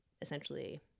essentially